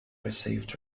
received